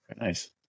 Nice